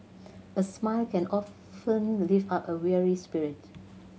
a smile can often lift up a weary spirit